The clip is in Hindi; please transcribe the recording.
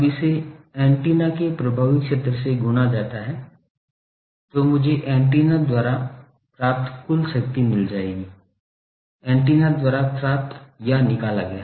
अब इसे एंटीना के प्रभावी क्षेत्र से गुणा जाता है तो मुझे एंटीना द्वारा प्राप्त कुल शक्ति मिल जाएगी एंटीना द्वारा प्राप्त या निकाला गया